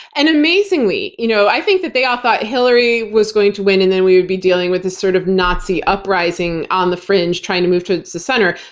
and amazingly, you know i think that they all thought hillary was going to win and then we'd be dealing with this sort of nazi uprising on the fringe, trying to move towards the center.